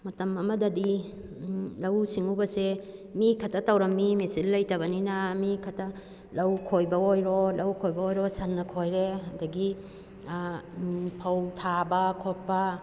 ꯃꯇꯝ ꯑꯃꯗꯗꯤ ꯂꯧꯎ ꯁꯤꯡꯎꯕꯁꯦ ꯃꯤ ꯈꯛꯇ ꯇꯧꯔꯝꯃꯤ ꯃꯦꯆꯤꯟ ꯂꯩꯇꯕꯅꯤꯅ ꯃꯤ ꯈꯛꯇ ꯂꯧ ꯈꯣꯏꯕ ꯑꯣꯏꯔꯣ ꯂꯧ ꯈꯣꯏꯕ ꯑꯣꯏꯔꯣ ꯁꯟꯅ ꯈꯣꯏꯔꯦ ꯑꯗꯨꯗꯒꯤ ꯐꯧ ꯊꯥꯕ ꯈꯣꯠꯄ